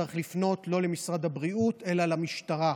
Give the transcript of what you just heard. צריך לפנות לא למשרד הבריאות אלא למשטרה,